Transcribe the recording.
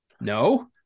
No